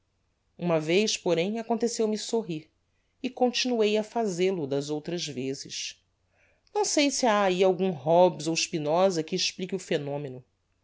uma vez porém aconteceu-me sorrir e continuei a fazel-o das outras vezes não sei se ha ahi algum hobbes ou spinoza que explique o phenomeno